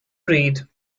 read